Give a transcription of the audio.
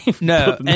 No